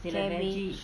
cabbage